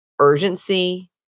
urgency